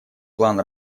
план